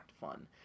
fun